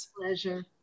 Pleasure